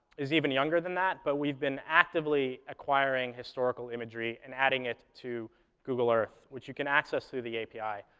is even younger than that, but we've been actively acquiring historical imagery and adding it to google earth, which you can access through the api.